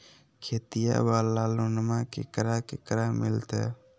खेतिया वाला लोनमा केकरा केकरा मिलते?